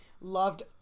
loved